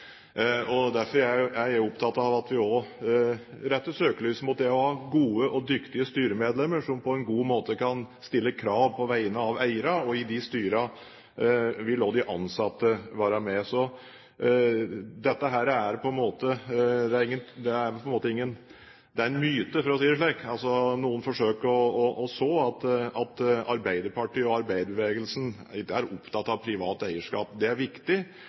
eiere. Derfor er jeg opptatt av at vi også retter søkelyset mot det å ha gode og dyktige styremedlemmer, som på en god måte kan stille krav på vegne av eierne, og i de styrene vil også de ansatte være med. Så det er, for å si det slik, en myte noen forsøker å si at Arbeiderpartiet og arbeiderbevegelsen ikke er opptatt av privat eierskap. Det er viktig.